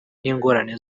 n’ingorane